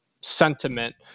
sentiment